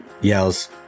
yells